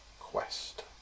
Quest